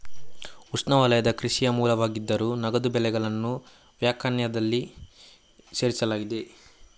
ಉಷ್ಣವಲಯದ ಕೃಷಿಯ ಮೂಲವಾಗಿದ್ದರೂ, ನಗದು ಬೆಳೆಗಳನ್ನು ವ್ಯಾಖ್ಯಾನದಲ್ಲಿ ಸೇರಿಸಲಾಗಿದೆ